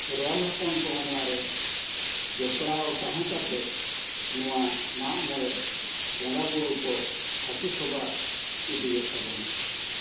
ᱠᱷᱮᱨᱣᱟᱞ ᱦᱚᱯᱚᱱ ᱠᱚᱦᱚᱸ ᱱᱚᱣᱟ ᱨᱮ ᱡᱚᱯᱲᱟᱣ ᱛᱟᱦᱮᱸ ᱠᱟᱛᱮᱫ ᱱᱚᱣᱟ ᱢᱟᱜ ᱢᱚᱬᱮ ᱵᱚᱸᱜᱟ ᱵᱳᱨᱳ ᱠᱚ ᱥᱟᱹᱠᱷᱤ ᱥᱚᱵᱷᱟ ᱤᱫᱤᱭᱮᱫ ᱛᱟᱵᱚᱱᱟ